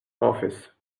office